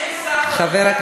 אין שר במליאה,